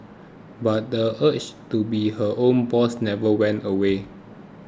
but the urge to be her own boss never went away